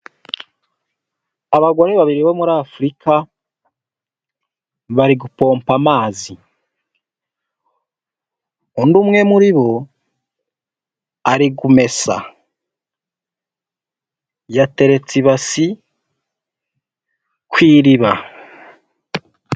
Abagore babiri bo muri Afurika bari gupompa amazi, undi umwe muri bo ari kumesa, yateretse ibasi ku iriba.